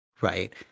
right